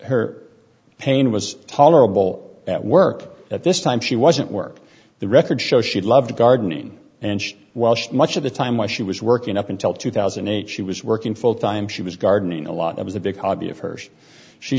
her pain was tolerable at work at this time she wasn't work the record shows she loved gardening and welsh much of the time why she was working up until two thousand and eight she was working full time she was gardening a lot it was a big hobby of hers she